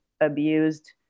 abused